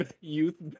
youth